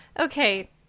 Okay